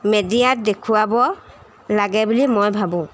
মিডিয়াত দেখুৱাব লাগে বুলি মই ভাবোঁ